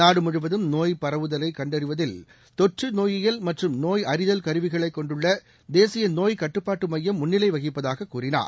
நாடு முழுவதும் நோய் பரவுவதலை கண்டறிவதில் தொற்று நோயியல் மற்றும் நோய் அறிதல் கருவிகளை கொண்டுள்ள தேசிய நோய் கட்டுப்பாட்டு மையம் முன்னிலை வகிப்பதாக கூறினார்